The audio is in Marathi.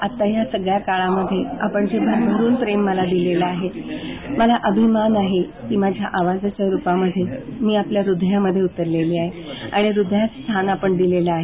आत्ता या सगळ्या काळामध्ये आपण जे भरभरून प्रेम मला दिलेल आहे मला अभिमान आहे कि माझ्या आवाजाच्या रूपामध्ये मी आपल्या हृद्यामध्ये उतरलेली आहे आणि हृद्यास्थान आपण दिलेल आहे